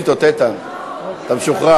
יש שאילתות, איתן, אתה משוחרר.